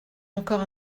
encore